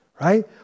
right